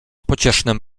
pociesznym